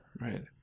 right